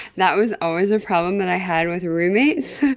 that was always a problem that i had with roommates.